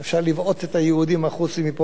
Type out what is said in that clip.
אי-אפשר לבעוט את היהודים החוצה מפה.